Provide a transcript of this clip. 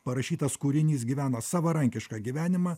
parašytas kūrinys gyvena savarankišką gyvenimą